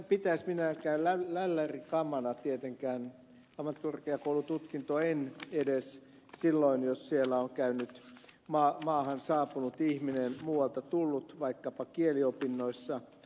minä en pitäisi minäänkään lällärikamana tietenkään ammattikorkeakoulututkintoa en edes silloin jos siellä on käynyt maahan saapunut ihminen muualta tullut vaikkapa kieliopinnoissa